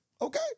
Okay